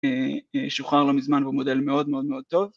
שוחרר לא מזמן והוא מודל מאוד מאוד מאוד טוב